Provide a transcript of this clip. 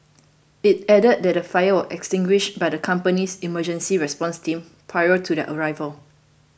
it added that the fire was extinguished by the company's emergency response team prior to their arrival